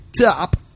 top